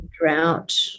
drought